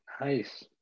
Nice